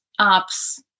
apps